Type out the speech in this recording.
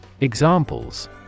Examples